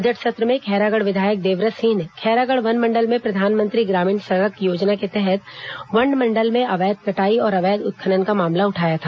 budget सत्र में खैरागढ़ विधायक देवव्रत सिंह ने खैरागढ़ वनमंडल में प्रधानमंत्री ग्रामीण सड़क योजना के तहत वन मंडल में अवैध कटाई और अवैध उत्खनन का मामला उठाया था